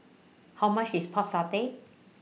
How much IS Pork Satay